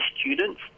students